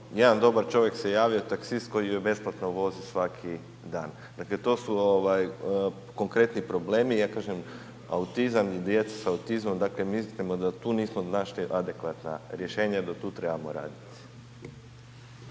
jedan dobar čovjek se javio, taksist koji ju besplatno vozi svaki dan. Dakle, to su konkretni problemi, ja kažem autizam i djeca s autizmom, dakle, mislimo da tu nismo našli adekvatna rješenja i da tu trebamo radit.